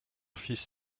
fils